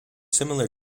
similar